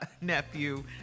nephew